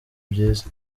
byiza